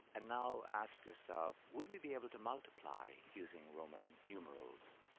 and now ask yourself, would we be able to multiply using roman numerals?